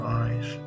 eyes